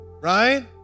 Right